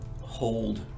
hold